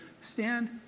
stand